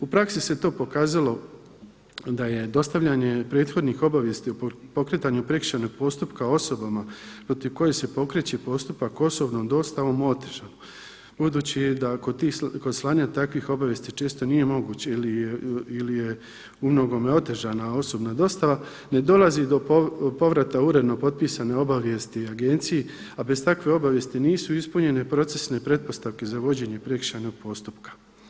U praksi se to pokazalo da je dostavljanje prethodnih obavijesti o pokretanju prekršajnog postupka osobama protiv kojih se pokreće postupak osobnom dostavom … budući da kod slanja takvih obavijesti često nije moguće ili je u mnogome otežana osobna dostava, ne dolazi do povrata uredno potpisane obavijesti agenciji, a bez takve obavijesti nisu ispunjene procesne pretpostavke za vođenje prekršajnog postupaka.